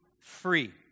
free